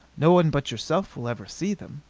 no one but yourself will ever see them.